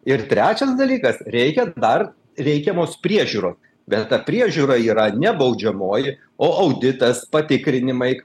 ir trečias dalykas reikia dar reikiamos priežiūros bet ta priežiūra yra ne baudžiamoji o auditas patikrinimai